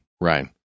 right